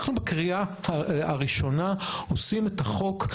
אנחנו בקריאה הראשונה עושים את החוק,